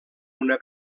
una